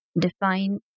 Define